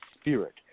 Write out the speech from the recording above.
spirit